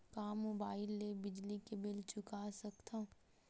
का मुबाइल ले बिजली के बिल चुका सकथव?